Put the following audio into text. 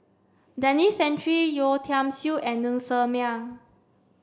Denis Santry Yeo Tiam Siew and Ng Ser Miang